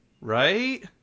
Right